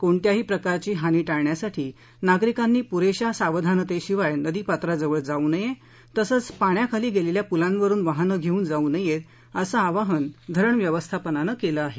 कोणत्याही प्रकारची हानी टाळण्यासाठी नागरिकांनी पुरेशा सावधानतेशिवाय नदीपात्राजवळ जाऊ नये तसंच पाण्याखाली गेलेल्या पुलांवरुन वाहनं घेऊन जाऊ नये असं आवाहन धरण व्यवस्थापनानं केलं आहे